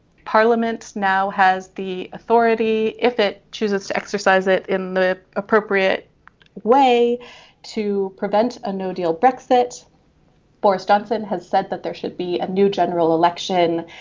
parliament now has the authority if it chooses to exercise it in the appropriate way to prevent a no deal brexit boris johnson has said that there should be a new general election.